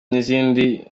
nizindi